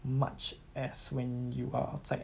much as when you're outside